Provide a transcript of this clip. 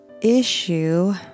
issue